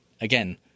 Again